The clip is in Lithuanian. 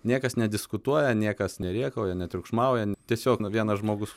niekas nediskutuoja niekas nerėkauja netriukšmauja tiesiog vienas žmogus